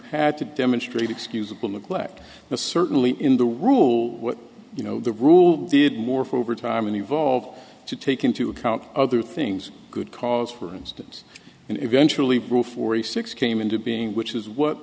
had to demonstrate excusable neglect the certainly in the wrong you know the rule did more for overtime and evolve to take into account other things good cause for instance and eventually prove forty six came into being which is what